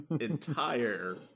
entire